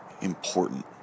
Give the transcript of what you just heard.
important